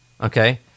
okay